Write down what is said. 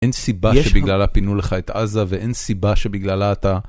אין סיבה שבגללה פינו לך את עזה, ואין סיבה שבגללה אתה...